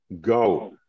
Go